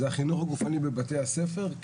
זה החינוך הגופני בבתי הספר.